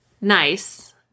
nice